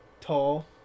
tall